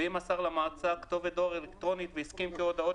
ואם מסר למועצה כתובת דואר אלקטרוני והסכים כי הודעות